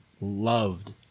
loved